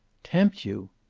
tempt you!